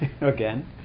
again